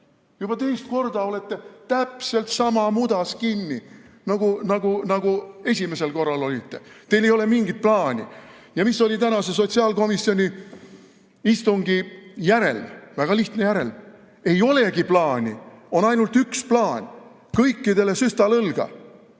Juba teist korda olete täpselt samas mudas kinni, nagu esimesel korral olite. Teil ei ole mingit plaani! Ja mis oli tänase sotsiaalkomisjoni istungi järelm? Väga lihtne järelm: ei olegi plaani. On ainult üks plaan: kõikidele süstal õlga.